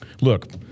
look